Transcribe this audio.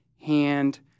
hand